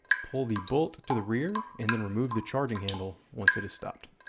pull the bolt to the rear, and then remove the charging handle once it is stopped.